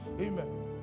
Amen